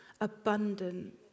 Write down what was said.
abundant